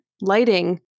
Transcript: lighting